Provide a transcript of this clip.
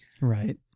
Right